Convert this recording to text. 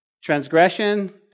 Transgression